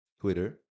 Twitter